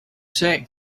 say